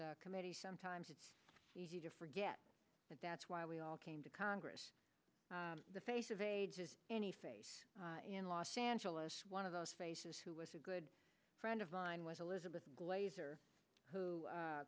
this committee sometimes it's easy to forget that that's why we all came to congress the face of aids any face in los angeles one of those faces who was a good friend of mine was elizabeth glaser who